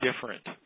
different